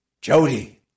Jody